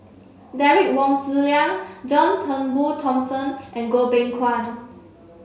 Derek Wong Zi Liang John Turnbull Thomson and Goh Beng Kwan